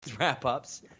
Wrap-ups